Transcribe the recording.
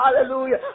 Hallelujah